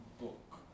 book